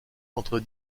entre